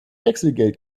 wechselgeld